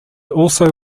also